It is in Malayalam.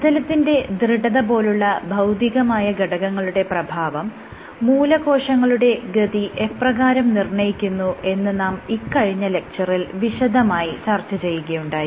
പ്രതലത്തിന്റെ ദൃഢത പോലുള്ള ഭൌതികമായ ഘടകങ്ങളുടെ പ്രഭാവം മൂലകോശങ്ങളുടെ ഗതി എപ്രകാരം നിർണ്ണയിക്കുന്നു എന്ന് നാം ഇക്കഴിഞ്ഞ ലെക്ച്ചറിൽ വിശദമായി ചർച്ച ചെയ്യുകയുണ്ടായി